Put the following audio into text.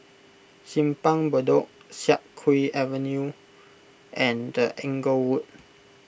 Simpang Bedok Siak Kew Avenue and Inglewood